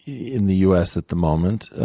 in the us at the moment,